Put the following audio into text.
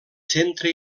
centre